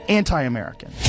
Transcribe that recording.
anti-American